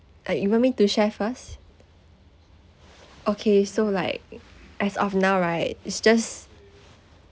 uh you want me to share first okay so like as of now right it's just